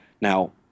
now